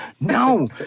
no